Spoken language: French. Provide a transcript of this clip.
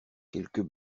quelques